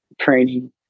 training